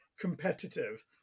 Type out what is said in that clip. competitive